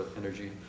energy